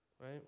right